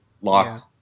locked